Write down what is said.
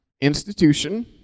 Institution